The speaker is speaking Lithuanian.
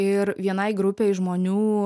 ir vienai grupei žmonių